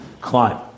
climb